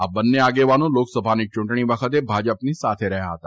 આ બન્ને આગેવાનો લોકસભાની ચૂંટણી વખતે ભાજપની સાથે રહ્યા હતા